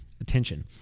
attention